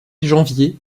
janvier